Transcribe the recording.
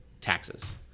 taxes